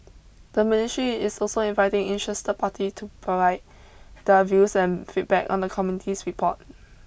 the ministry is also inviting interested party to provide their views and feedback on the committee's report